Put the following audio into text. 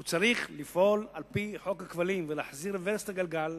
הוא צריך לפעול על-פי חוק הכבלים ולהחזיר את הגלגל,